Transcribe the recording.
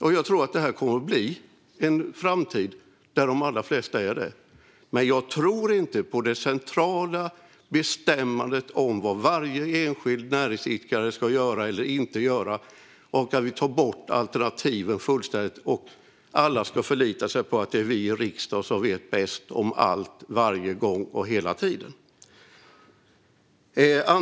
Jag tror också att de allra flesta kommer att vara rökfria i framtiden. Jag tror dock inte på det centrala bestämmandet om vad varje enskild näringsidkare ska göra eller inte eller på att vi fullständigt tar bort alternativen så att alla ska förlita sig på att vi i riksdagen vet bäst om allt varje gång och hela tiden.